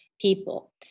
people